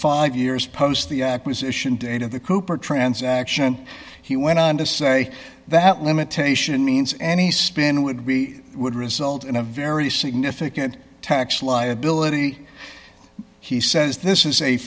five years post the acquisition date of the cooper transaction he went on to say that limitation means any spin would be it would result in a very significant tax liability he says this is a